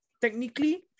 technically